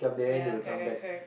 ya correct correct